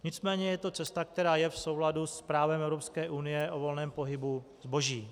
Nicméně je to cesta, která je v souladu s právem Evropské unie o volném pohybu zboží.